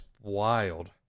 wild